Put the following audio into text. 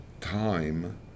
time